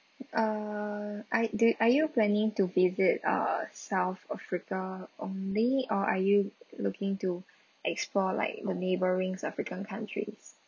uh are do are you planning to visit err south africa only or are you looking to explore like the neighbouring african countries